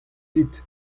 dit